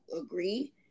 agree